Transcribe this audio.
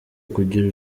kugira